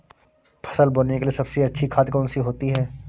फसल बोने के लिए सबसे अच्छी खाद कौन सी होती है?